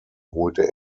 holte